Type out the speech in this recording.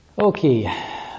Okay